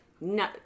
no